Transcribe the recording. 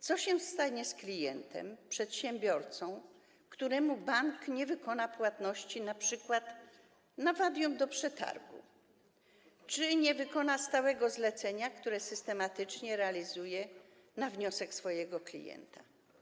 Co się stanie z klientem, przedsiębiorcą, któremu bank nie dokona np. wpłaty wadium przy przetargu czy nie wykona stałego zlecenia, które systematycznie realizuje na wniosek swojego klienta?